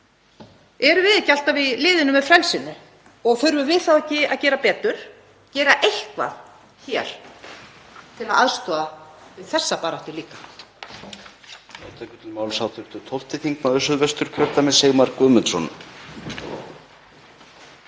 Erum við ekki alltaf í liðinu með frelsinu og þurfum við þá ekki að gera betur, gera eitthvað hér til að aðstoða við þessa baráttu líka?